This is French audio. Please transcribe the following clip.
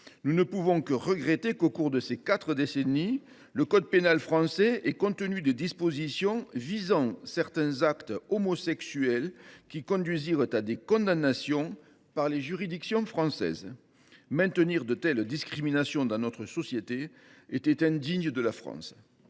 Nous ne pouvons que regretter que, au cours de ces quatre décennies, le code pénal français ait contenu des dispositions visant certains actes homosexuels, dispositions qui conduisirent à des condamnations par les juridictions françaises. Maintenir une telle discrimination au sein de notre société était indigne de la France.